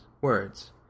words